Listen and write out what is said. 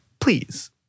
please